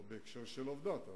לא בהקשר של עבדת,